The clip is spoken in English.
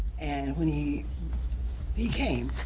and when he he came,